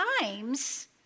times